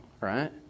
right